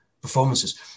performances